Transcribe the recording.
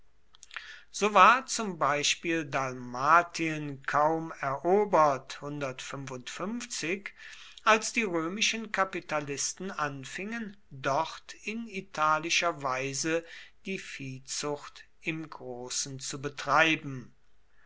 so war zum beispiel dalmatien kaum erobert als die römischen kapitalisten anfingen dort in italischer weise die viehzucht im großen zu betreiben